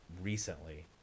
recently